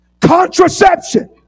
contraception